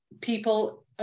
people